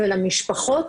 ולמשפחות,